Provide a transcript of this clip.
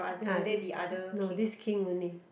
ya this no this king only